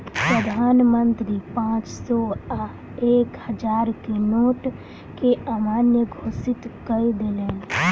प्रधान मंत्री पांच सौ आ एक हजार के नोट के अमान्य घोषित कय देलैन